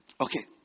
Okay